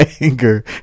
anger